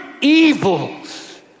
evils